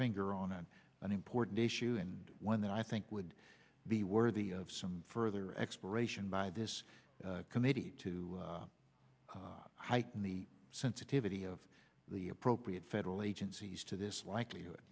finger on an important issue and one that i think would be worthy of some further exploration by this committee to heighten the sensitivity of the appropriate federal agencies to this likelihood